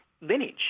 lineage